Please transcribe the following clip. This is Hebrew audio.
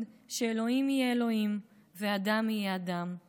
/ שאלוהים יהיה אלוהים ואדם יהיה אדם /